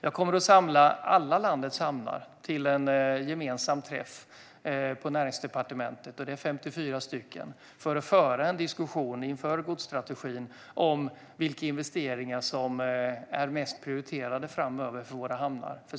Jag kommer att samla representanter från alla landets hamnar - det är 54 stycken - till en gemensam träff på Näringsdepartementet för att föra en diskussion inför godsstrategin om vilka investeringar som är mest prioriterade framöver för våra hamnar.